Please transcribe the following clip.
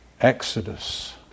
exodus